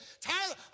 Tyler